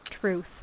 truth